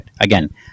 Again